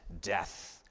death